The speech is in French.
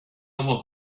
avoir